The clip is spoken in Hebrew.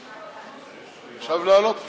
מצביעים.